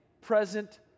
present